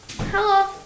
Hello